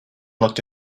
looked